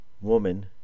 woman